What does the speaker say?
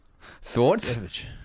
thoughts